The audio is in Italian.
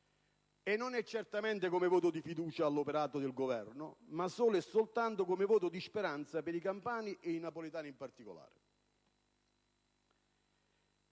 Non certamente come voto di fiducia all'operato del Governo, ma solo e soltanto come voto di speranza per i campani, e i napoletani in particolare.